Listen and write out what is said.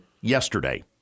yesterday